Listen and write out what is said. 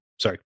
Sorry